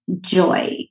joy